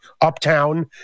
uptown